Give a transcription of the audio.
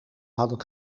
hadden